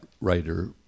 writer